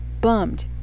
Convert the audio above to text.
bummed